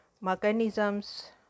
mechanisms